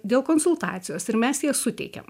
dėl konsultacijos ir mes ją suteikiam